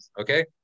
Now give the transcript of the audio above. okay